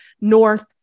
North